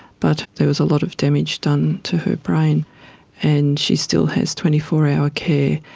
but there was a lot of damage done to her brain and she still has twenty four hour care.